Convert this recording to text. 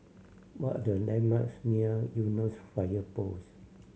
what are the landmarks near Eunos Fire Post